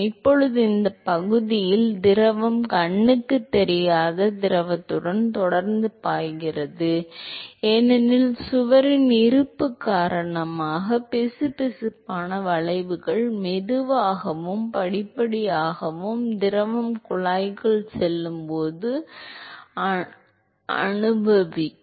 இப்போது இந்தப் பகுதியில் திரவம் கண்ணுக்குத் தெரியாத திரவத்துடன் தொடர்ந்து பாய்கிறது ஏனெனில் சுவரின் இருப்பு காரணமாக பிசுபிசுப்பான விளைவுகள் மெதுவாகவும் படிப்படியாகவும் திரவம் குழாய்க்குள் செல்லும் போது அனுபவிக்கும்